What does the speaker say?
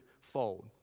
fold